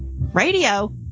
Radio